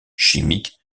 chimique